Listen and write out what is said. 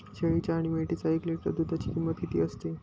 शेळीच्या आणि मेंढीच्या एक लिटर दूधाची किंमत किती असते?